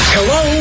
Hello